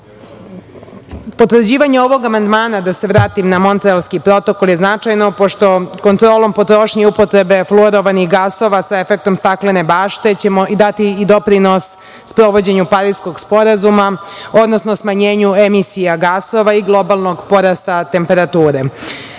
budućnost. Potvrđivanje ovog amandmana, da se vratim na Montrealski protokol, je značajno, pošto kontrolom potrošnje i upotrebom fluorovanih gasova sa efektom staklene bašte ćemo dati doprinos sprovođenju Pariskog sporazuma, odnosno smanjenju emisija gasova i globalnog porasta temperature. Uzimajući